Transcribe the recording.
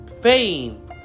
fame